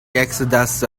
exodus